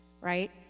right